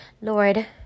Lord